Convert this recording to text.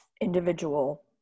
individual